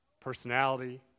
Personality